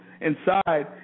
inside